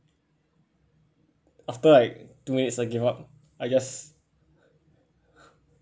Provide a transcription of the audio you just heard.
after like two minutes I give up I just